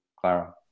Clara